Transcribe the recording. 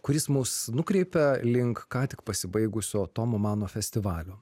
kuris mus nukreipia link ką tik pasibaigusio tomo mano festivalio